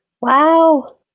Wow